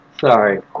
sorry